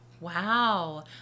Wow